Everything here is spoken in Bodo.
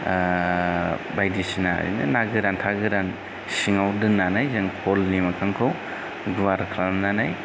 बायदिसिना ओरैनो ना गोरान था गोरान सिङाव दोन्नानै जों खलनि मोखांखौ गुवार खालामनानै